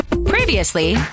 Previously